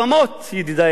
ידידי היקרים,